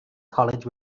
college